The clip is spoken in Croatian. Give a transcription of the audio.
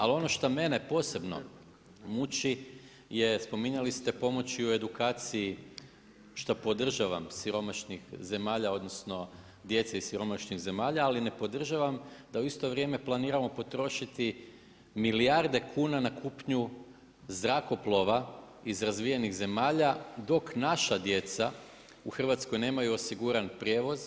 Ali ono što mene posebno muči je spominjali ste pomoći u edukaciji šta podržavam siromašnih zemalja, odnosno djece iz siromašnih zemalja ali ne podržavam da u isto vrijeme planiramo potrošiti milijarde kuna na kupnju zrakoplova iz razvijenih zemalja dok naša djeca u Hrvatskoj osiguran prijevoz,